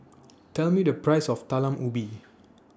Tell Me The priceS of Talam Ubi